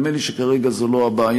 נדמה לי שכרגע זו לא הבעיה.